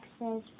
says